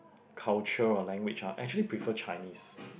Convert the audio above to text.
culture or language ah actually prefer Chinese